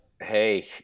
hey